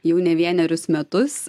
jau ne vienerius metus